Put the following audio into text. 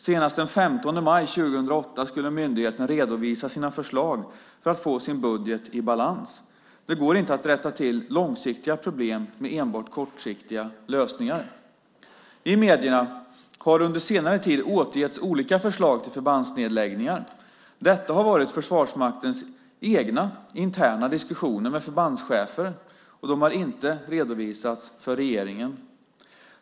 Senast den 15 maj 2008 skulle myndigheten redovisa sina förslag för att få sin budget i balans. Det går inte att rätta till långsiktiga problem med enbart kortsiktiga lösningar. I medierna har under senare tid återgetts olika förslag till förbandsnedläggningar. Detta har varit Försvarsmaktens egna interna diskussioner med förbandschefer, och de har inte redovisats för regeringen.